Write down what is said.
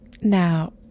Now